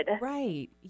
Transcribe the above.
Right